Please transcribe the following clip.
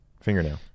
Fingernail